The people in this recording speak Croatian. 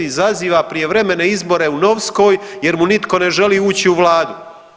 Izaziva prijevremene izbore u Novskoj jer mu nitko ne želi ući u Vladu.